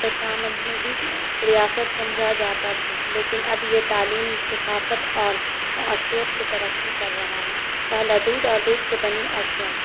پسماندہ ریاست سمجھا جاتا تھا لیکن اب یہ تعلیم ثقافت اور معاشیت کی ترقی کر رہا ہے پہلا دودھ اور دودھ سے بنی اشیاء